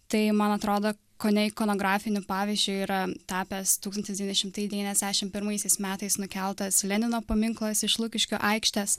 tai man atrodo kone ikonografiniu pavyzdžiu yra tapęs tūkstantis devyni šimtai devyniasdešim pirmaisiais metais nukeltas lenino paminklas iš lukiškių aikštės